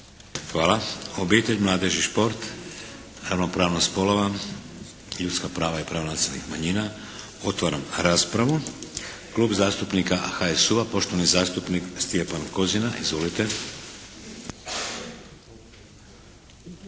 Hvala. Obitelj, mladež i šport? Ravnopravnost spolova? Ljudska prava i prava nacionalnih manjina? Otvaram raspravu. Klub zastupnika HSU-a poštovani zastupnik Stjepan Kozina. Izvolite!